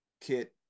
kit